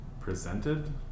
presented